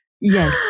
yes